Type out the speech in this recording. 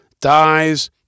dies